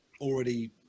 Already